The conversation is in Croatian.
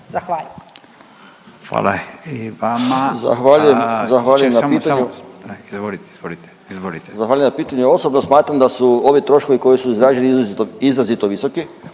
Zahvaljujem.